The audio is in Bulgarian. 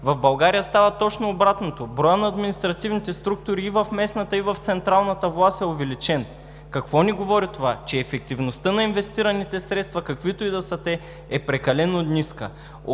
В България става точно обратното – броят на административните структури и в местната, и в централната власт е увеличен. Какво ни говори това? Че ефективността на инвестираните средства, каквито и да са те, е прекалено ниска.